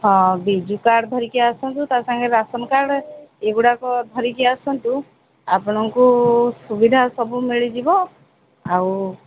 ହଁ ବିଜୁ କାର୍ଡ଼୍ ଧରିକି ଆସନ୍ତୁ ତା ସାଙ୍ଗରେ ରାସନ କାର୍ଡ଼୍ ଏଗୁଡ଼ାକ ଧରିକି ଆସନ୍ତୁ ଆପଣଙ୍କୁ ସୁବିଧା ସବୁ ମିଳିଯିବ ଆଉ